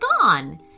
gone